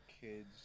kids